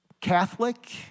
Catholic